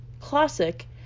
classic